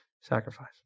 sacrifice